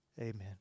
Amen